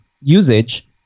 usage